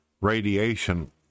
radiation